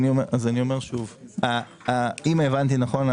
אם הבנתי נכון,